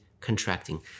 contracting